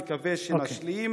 אני מקווה שנשלים.